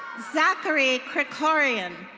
zachery krekorian.